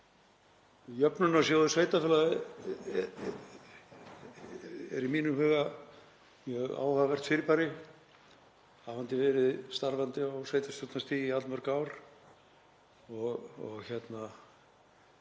Jöfnunarsjóður sveitarfélaga er í mínum huga mjög áhugavert fyrirbæri og hafandi verið starfandi á sveitarstjórnarstigi í allmörg ár geri